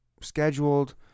scheduled